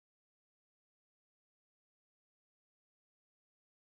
oh ya ya ya ya ya we was right eh I saw Xiaxue's [one]